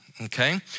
Okay